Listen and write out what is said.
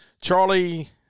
Charlie